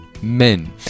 men